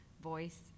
voice